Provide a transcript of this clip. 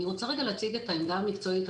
אני רוצה רגע להציג את העמדה המקצועית.